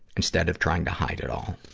instead of trying to hide it all.